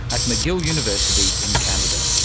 at mcgill university in canada.